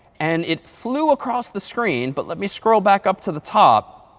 and it flew across the screen, but let me scroll back up to the top.